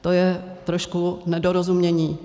To je trošku nedorozumění.